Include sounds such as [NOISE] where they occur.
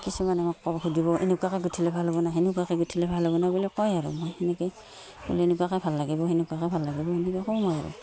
কিছুমান আমাক [UNINTELLIGIBLE] সুধিব এনেকুৱাকৈ গোঁঠিলে ভাল হ'ব নাই সেনেকুৱাকৈ গোঁঠিলে ভাল হ'ব নাই বুলি কয় আৰু মই সেনেকৈয়ে বোলো এনেকুৱাকৈ ভাল লাগিব সেনেকুৱাকৈ ভাল লাগিব মই সেনেকৈ কওঁ আৰু